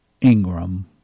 Ingram